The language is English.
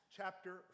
chapter